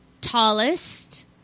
tallest